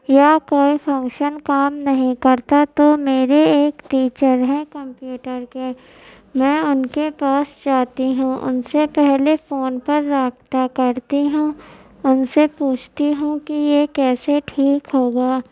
یا کوئی فنکشن کام نہیں کرتا تو میرے ایک ٹیچر ہیں کمپیوٹر کے میں ان کے پاس جاتی ہوں ان سے پہلے فون پر رابطہ کرتی ہوں ان سے پوچھتی ہوں کہ یہ کیسے ٹھیک ہوگا